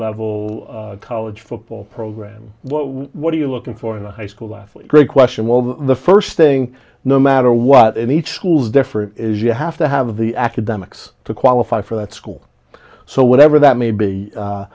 level college football program what are you looking for in a high school athlete great question well the first thing no matter what any tools different is you have to have the academics to qualify for that school so whatever that may be